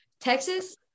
Texas